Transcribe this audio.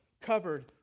covered